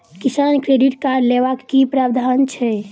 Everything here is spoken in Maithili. किसान क्रेडिट कार्ड लेबाक की प्रावधान छै?